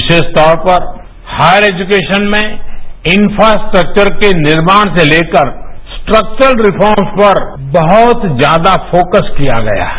विशेष तौर पर higher education में इनफ्रास्ट्रक्वर के निर्माण से लेकर स्ट्रक्वर रिफॉर्म पर बहुत ज्यादा फोकस किया गया है